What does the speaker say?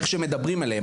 כיצד מדברים אליהן,